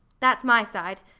that's my side.